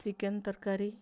chicken ତରକାରୀ